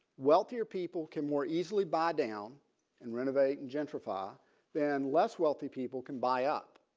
wealthier people can more easily buy down and renovate and gentrify than less wealthy people can buy up.